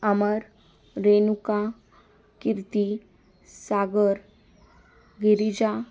Amar Renuka Kirti Sagar Girija